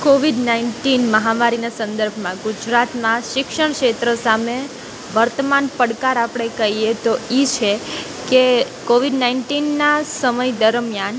Kovind nineteen મહામારીના સંદર્ભમાં ગુજરાતનાં શિક્ષણ ક્ષેત્ર સામે વર્તમાન પડકાર આપણે કહીએ તો એ છે કે કોવિડ નાઇન્ટીનનાં સમય દરમ્યાન